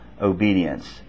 obedience